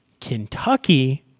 Kentucky